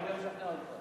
אני אשכנע אותך.